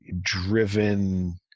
driven